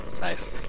Nice